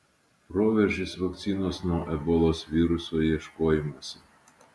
proveržis vakcinos nuo ebolos viruso ieškojimuose